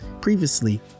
Previously